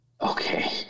Okay